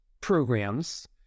programs